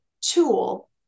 tool